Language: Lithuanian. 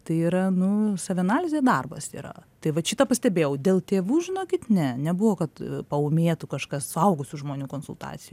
tai yra nu savianalizė darbas yra tai vat šitą pastebėjau dėl tėvų žinokit ne nebuvo kad paūmėtų kažkas suaugusių žmonių konsultacijų